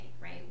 right